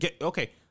okay